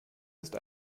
ist